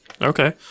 Okay